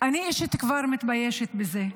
אני אישית כבר מתביישת בזה.